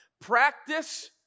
Practice